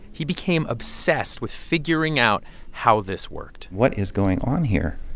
he became obsessed with figuring out how this worked what is going on here?